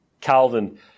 Calvin